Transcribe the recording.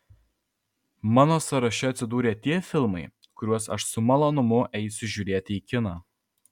mano sąraše atsidūrė tie filmai kuriuos aš su malonumu eisiu žiūrėti į kiną